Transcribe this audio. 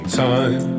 time